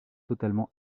totalement